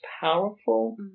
powerful